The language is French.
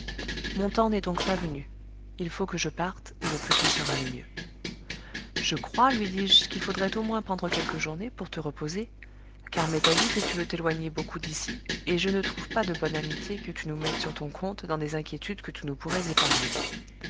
mon temps n'est donc pas venu il faut que je parte et le plus tôt sera le mieux je crois lui dis-je qu'il faudrait au moins prendre quelques journées pour te reposer car m'est avis que tu veux t'éloigner beaucoup d'ici et je ne trouve pas de bonne amitié que tu nous mettes sur ton compte dans des inquiétudes que tu nous pourrais épargner